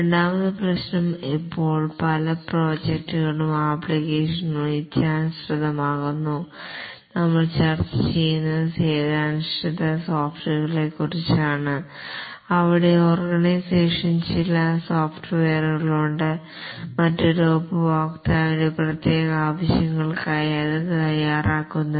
രണ്ടാമത്തെ പ്രശ്നം ഇപ്പോൾ പല പ്രോജക്റ്റുകളും ആപ്ലിക്കേഷനുകൾ ഇച്ഛാനുസൃതമാക്കുന്നു നമ്മൾ ചർച്ച ചെയ്യുന്നത് സേവനാധിഷ്ഠിത സോഫ്റ്റ്വെയറിനെക്കുറിച്ചാണ് അവിടെ ഓർഗനൈസേഷന് ചില സോഫ്റ്റ്വെയറുകൾ ഉണ്ട് മറ്റൊരു ഉപഭോക്താവിന്റെ പ്രത്യേക ആവശ്യങ്ങൾക്കായി അത് തയ്യാറാക്കുന്നത്